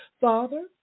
Father